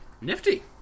Nifty